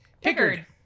Pickard